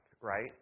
Right